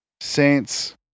Saints